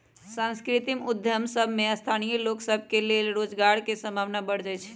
सांस्कृतिक उद्यम सभ में स्थानीय लोग सभ के लेल रोजगार के संभावना बढ़ जाइ छइ